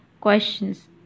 questions